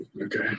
Okay